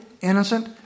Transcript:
innocent